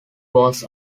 was